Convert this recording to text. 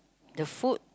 the food